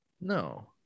No